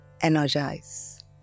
energize